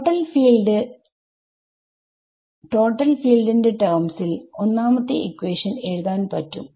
total field ന്റെ ടെർമ്സിൽ ഒന്നാമത്തെ ഇക്വാഷൻ എഴുതാൻ പറ്റും